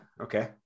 okay